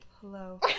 hello